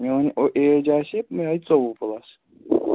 میٛون ایج آسہِ یِہَے ژوٚوُہ پُلَس